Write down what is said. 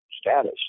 status